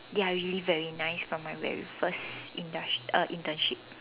they are really very nice from my very first industrial uh internship